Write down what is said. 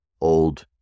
old